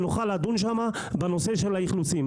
שבו נוכל לדון בנושא של האכלוסים.